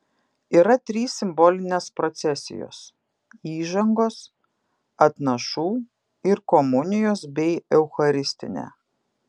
yra trys simbolinės procesijos įžangos atnašų ir komunijos bei eucharistinė